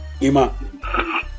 Ima